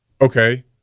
okay